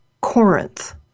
Corinth